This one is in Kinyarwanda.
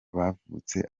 bavutse